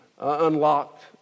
unlocked